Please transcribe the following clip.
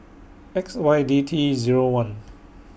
X Y D T Zero one